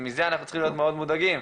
מזה אנחנו צריכים להיות מאוד מודאגים,